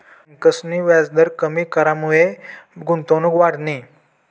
ब्यांकसनी व्याजदर कमी करामुये गुंतवणूक वाढनी